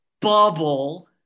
bubble